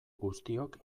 guztiok